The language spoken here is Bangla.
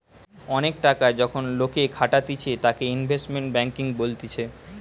অনেক টাকা যখন লোকে খাটাতিছে তাকে ইনভেস্টমেন্ট ব্যাঙ্কিং বলতিছে